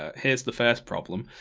ah here's the first problem.